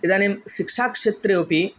इदानीं शिक्षाक्षेत्रे अपि